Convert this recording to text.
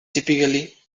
typically